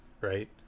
right